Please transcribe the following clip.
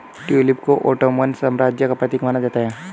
tulip को Ottoman साम्राज्य का प्रतीक माना जाता है